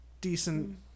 decent